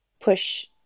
push